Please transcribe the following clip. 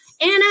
Anna